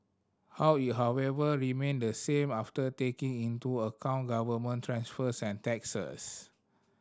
how it however remained the same after taking into account government transfers and taxes